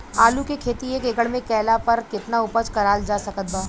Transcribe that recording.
आलू के खेती एक एकड़ मे कैला पर केतना उपज कराल जा सकत बा?